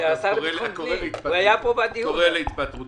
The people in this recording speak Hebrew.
את השר לביטחון פנים.